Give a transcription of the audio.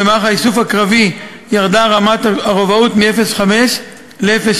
במערך האיסוף הקרבי ירדה רמת הרובאות מ-05 ל-03,